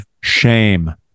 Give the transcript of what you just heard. Shame